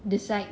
decide